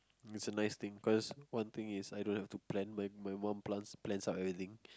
is a nice thing cause one thing is I don't have to plan my my mom plans out everything